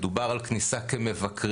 מדובר על כניסה כמבקרים,